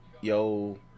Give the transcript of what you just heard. yo